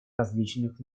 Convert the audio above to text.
различных